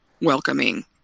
welcoming